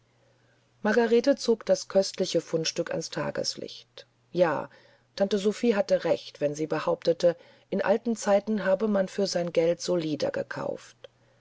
margarete zog das köstliche fundstück ans tageslicht ja tante sophie hatte recht wenn sie behauptete in alten zeiten habe man für sein geld solider gekauft